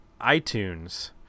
itunes